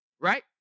Right